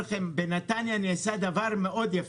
בנתניה נעשה דבר מאוד יפה.